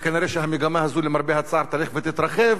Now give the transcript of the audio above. וכנראה המגמה הזו, למרבה הצער, תלך ותתרחב,